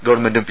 ഗവൺമെന്റും പി